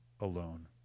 alone